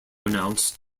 announced